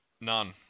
none